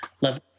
love